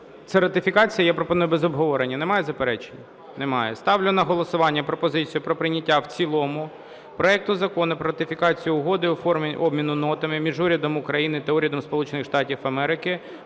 це ратифікація, я пропоную без обговорення. Немає заперечень? Немає. Ставлю на голосування пропозицію про прийняття в цілому проекту Закону про ратифікацію Угоди (у формі обміну нотами) між Урядом України та Урядом